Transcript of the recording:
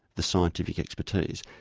the scientific expertise,